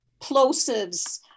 plosives